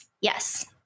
yes